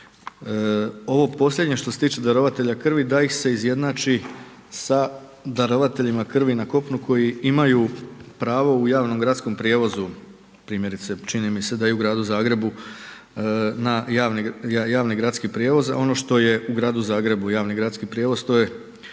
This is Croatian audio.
Ovo posljednje što se tiče darovatelja krvi da ih se izjednači sa darovateljima krvi na kopnu koji imaju pravo u javnom gradskom prijevozu primjerice čini mi se da i u gradu Zagrebu javni gradski prijevoz, ono što je u gradu Zagrebu javni gradski prijevoz, to je